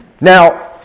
Now